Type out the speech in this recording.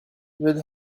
with